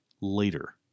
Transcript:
later